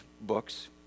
books